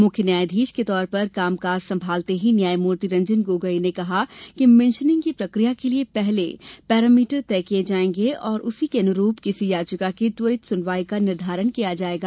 मुख्य न्यायाधीश के तौर पर कामकाज सम्भालते ही न्यायमूर्ति रंजन गोगोई ने कहा कि मेन्शनिंग की प्रकिया के लिये पहले पैरामीटर तय किये जायेंगे और उसी के अनुरूप किसी याचिका की त्वरित सुनवाई का निर्धारण किया जायेगा